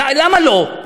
למה לא?